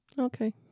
Okay